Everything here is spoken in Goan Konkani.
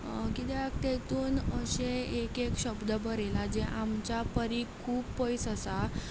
किद्याक तेतून अशे एक एक शब्द बरयलां जें आमच्या परी खूब पयस आसा